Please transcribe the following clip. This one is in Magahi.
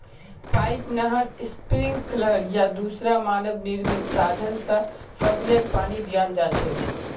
पाइप, नहर, स्प्रिंकलर या दूसरा मानव निर्मित साधन स फसलके पानी दियाल जा छेक